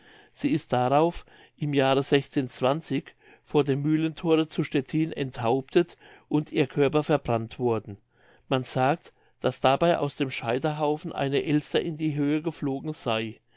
sie ist darauf im jahre vor dem mühlenthore zu stettin enthauptet und ihr körper verbrannt worden man sagt daß dabei aus dem scheiterhaufen eine elster in die höhe geflogen sey